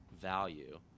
value